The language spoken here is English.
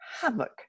havoc